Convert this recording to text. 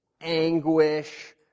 anguish